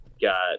got